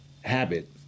habit